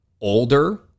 older